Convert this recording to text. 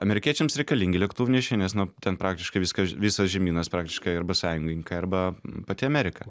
amerikiečiams reikalingi lėktuvnešiai nes nu ten praktiškai viska visas žemynas praktiškai arba sąjungininkai arba pati amerika